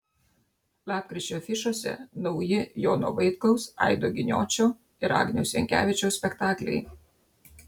lapkričio afišose nauji jono vaitkaus aido giniočio ir agniaus jankevičiaus spektakliai